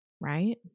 right